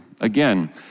again